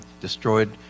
destroyed